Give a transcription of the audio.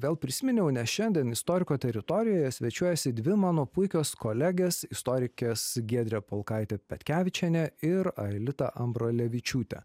vėl prisiminiau nes šiandien istoriko teritorijoje svečiuojasi dvi mano puikios kolegės istorikės giedrė polkaitė petkevičienė ir aelita ambrulevičiūtė